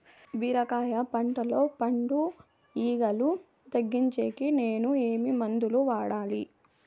బీరకాయ పంటల్లో పండు ఈగలు తగ్గించేకి నేను ఏమి మందులు వాడాలా?